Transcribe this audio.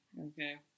Okay